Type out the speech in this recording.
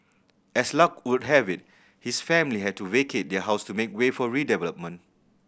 as luck would have it his family had to vacate their house to make way for redevelopment